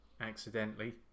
accidentally